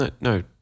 no